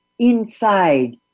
Inside